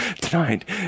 tonight